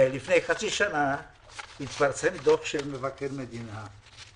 לפני חצי שנה התפרסם דוח מבקר המדינה,